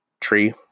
Tree